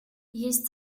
есть